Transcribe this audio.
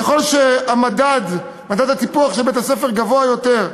ככל שמדד הטיפוח של בית-הספר גבוה יותר,